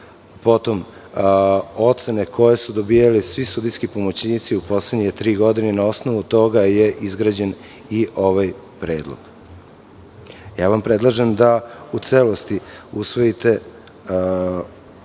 potom ocene koje su dobijali svi sudijski pomoćnici u poslednje tri godine i na osnovu toga je izgrađen i ovaj predlog. Predlažem vam da u celosti usvojite podnet